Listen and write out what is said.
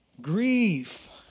Grief